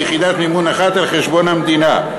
ביחידת מימון אחת על חשבון המדינה.